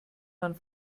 man